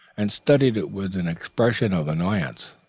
and studied it with an expression of annoyance.